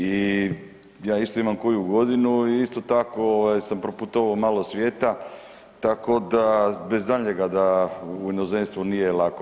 I ja isto imam koju godinu i isto tako sam proputovao malo svijeta, tako da bez daljnjega da u inozemstvu nije lako.